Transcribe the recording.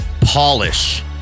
polish